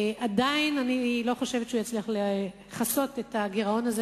עדיין אני לא חושבת שהוא יצליח לכסות את הגירעון הזה,